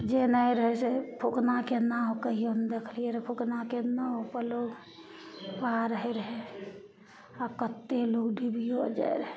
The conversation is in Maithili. जे नहि रहय से फूकनाके नाव कहिओ नहि देखले रऽ फूकनाके नावपर लोग पार होइ रहय आओर कते लोग डूबियो जाइ